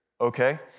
okay